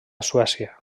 suècia